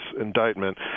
indictment